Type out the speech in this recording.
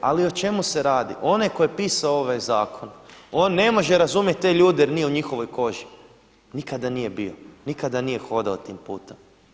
Ali o čemu se radi, onaj tko je pisao ovaj zakon on ne može razumjeti te ljude jer nije u njihovoj koži, nikada nije bio, nikada nije hodao tim putem.